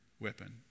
weapon